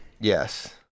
yes